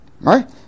Right